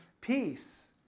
peace